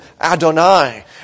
Adonai